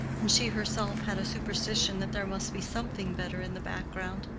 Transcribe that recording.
and she herself had a superstition that there must be something better in the background.